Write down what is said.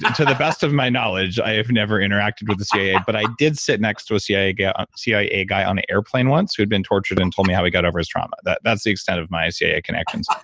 to the best of my knowledge i have never interacted with the cia, yeah but i did sit next to a cia yeah a cia guy on an airplane once who had been tortured and told me how he got over his trauma. that's that's the extent of my cia connections.